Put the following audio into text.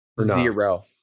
Zero